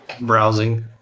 browsing